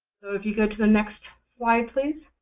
if you go to the next slide, please.